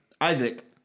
Isaac